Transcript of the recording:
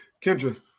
Kendra